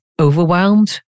overwhelmed